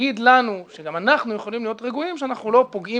תגיד לנו שגם אנחנו יכולים להיות רגועים שאנחנו לא פוגעים